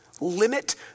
limit